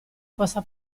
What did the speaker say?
possa